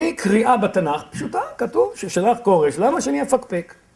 קריאה בתנ״ך, פשוטה, כתוב, ששלח כורש, למה שאני אפקפק?